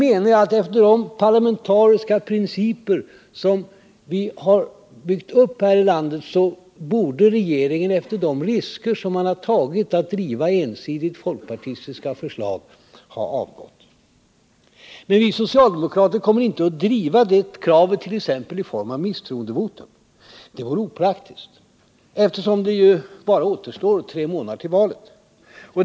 Enligt de parlamentarismens principer som vi byggt upp här i landet borde regeringen efter de risker man har tagit att driva ensidigt folkpartistiska förslag ha avgått. Vi socialdemokrater kommer inte att driva det kravet, t.ex. i form av ett misstroendevotum. Det vore opraktiskt eftersom det bara återstår tre månader till valet.